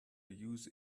use